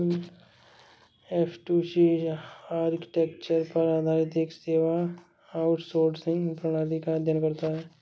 F two C architecture पर आधारित एक सेवा आउटसोर्सिंग प्रणाली का अध्ययन करता है